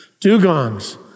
dugongs